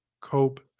cope